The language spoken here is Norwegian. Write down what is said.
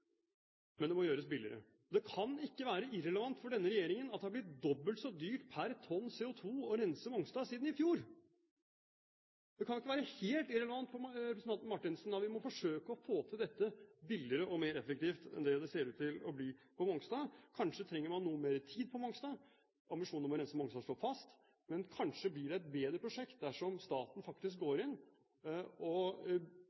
men det må gjøres billigere. Det kan ikke være irrelevant for denne regjeringen at det har blitt dobbelt så dyrt per tonn CO2 å rense Mongstad siden i fjor – det kan ikke være helt irrelevant for representanten Marthinsen. Vi må forsøke å få til dette billigere og mer effektivt enn det det ser ut til å bli på Mongstad. Kanskje trenger man noe mer tid på Mongstad. Ambisjonen om å rense Mongstad står fast, men kanskje blir det et bedre prosjekt dersom staten går